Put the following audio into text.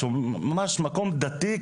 ממש מקום דתי,